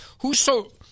whoso